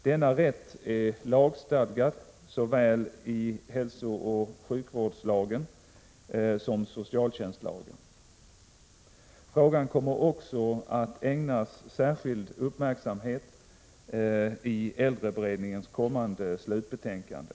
Denna rätt är lagstadgad i såväl hälsooch sjukvårdslagen som socialtjänstlagen. Frågan kommer också att ägnas särskild uppmärksamhet i äldreberedningens kommande slutbetänkande.